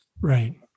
Right